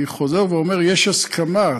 אני חוזר ואומר: יש הסכמה,